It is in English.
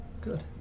good